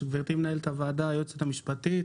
היושב-ראש, גברתי מנהלת הוועדה, היועצת המשפטית,